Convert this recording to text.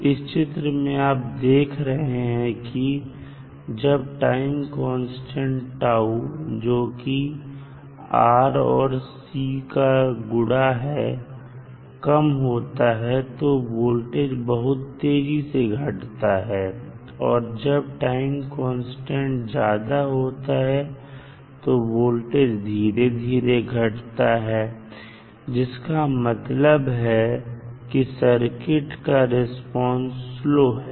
इस चित्र में आप देख रहे हैं कि जब टाइम कांस्टेंट τ जोकि R और C का गुड़ा है कम होता है तब वोल्टेज बहुत तेजी से घटता है और जब टाइम कांस्टेंट τ ज्यादा होता है तो वोल्टेज धीरे धीरे घटता है जिसका मतलब है कि सर्किट का रिस्पांस स्लो है